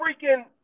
freaking